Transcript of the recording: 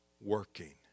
working